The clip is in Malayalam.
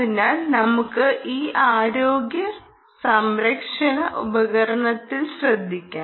അതിനാൽ നമുക്ക് ഈ ആരോഗ്യസംരക്ഷണ ഉപകരണത്തിൽ ശ്രദ്ധിക്കാം